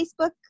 Facebook